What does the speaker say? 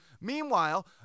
Meanwhile